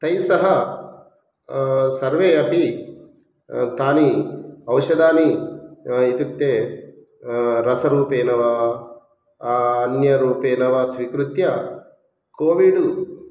तैः सह सर्वे अपि तानि औषधानि इत्युक्ते रसरूपेण वा अन्यरूपेण वा स्वीकृत्य कोविड्